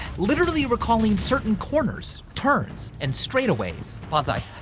literally recalling certain corners, turns and straightaways. bonsai.